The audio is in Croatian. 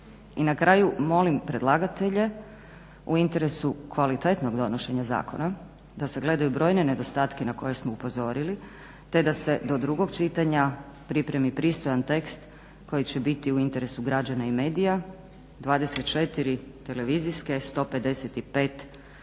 I na kraju molim predlagatelje u interesu kvalitetnog donošenja zakona da sagledaju brojne nedostatke na koje smo upozorili, te da se do drugog čitanja pripremi pristojan tekst koji će biti u interesu građana i medija 24 televizijske, 155